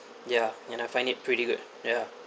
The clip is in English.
ya you will find it pretty good ya